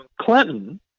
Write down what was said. Clinton